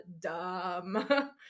Dumb